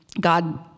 God